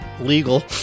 legal